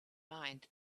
mind